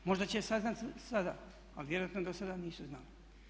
Možda će saznati sada, ali vjerojatno do sada nisu znali.